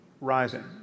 rising